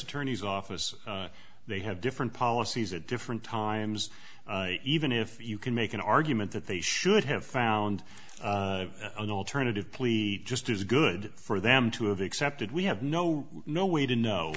attorney's office they have different policies at different times even if you can make an argument that they should have found an alternative plea just as good for them to have accepted we have no no way to know